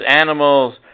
animals